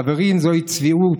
חברים, זוהי צביעות,